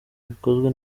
bikozwe